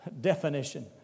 definition